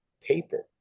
paper